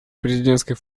президентской